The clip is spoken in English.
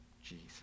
Jesus